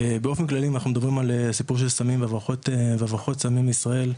באופן כללי אם אנחנו מדברים על סיפור של סמים והברחות סמים לישראל,